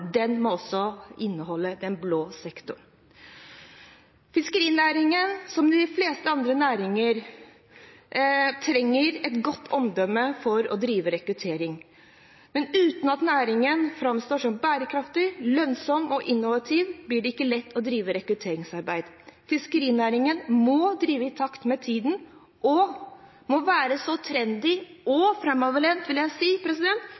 må også inneholde den blå sektor. Som i de fleste andre næringer trenger fiskerinæringen et godt omdømme for å drive rekruttering. Men uten at næringen framstår som bærekraftig, lønnsom og innovativ, blir det ikke lett å drive rekrutteringsarbeid. Fiskerinæringen må drive i takt med tiden og være så trendy og framoverlent – vil jeg si